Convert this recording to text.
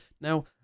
Now